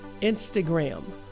Instagram